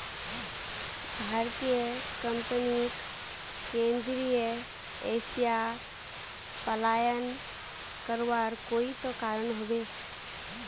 भारतीय कंपनीक केंद्रीय एशिया पलायन करवार कोई त कारण ह बे